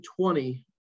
20